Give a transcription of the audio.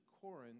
Corinth